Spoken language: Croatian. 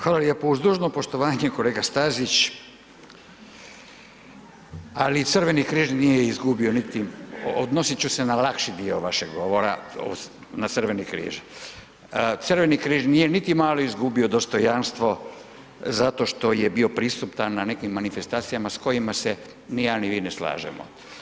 Hvala lijepo, uz dužno poštovanje kolega Stazić, ali Crveni križ nije izgubio niti, odnosit ću se na lakši dio vašeg govora, na crveni križ nije niti malo izgubio dostojanstvo zato što je bio prisutan na nekim manifestacijama s kojima se ni ja ni vi ne slažemo.